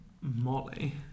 Molly